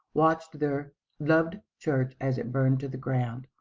watched their loved church as it burned to the ground.